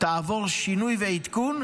תעבור שינוי ועדכון.